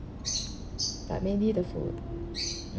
but mainly the food